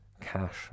cash